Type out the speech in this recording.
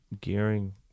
gearing